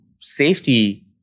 safety